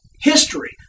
history